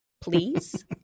please